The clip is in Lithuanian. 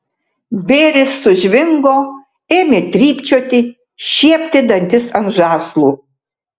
bėris sužvingo ėmė trypčioti šiepti dantis ant žąslų